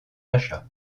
achats